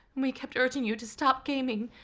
we kept urging you to stop gaming,